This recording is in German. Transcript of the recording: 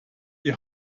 die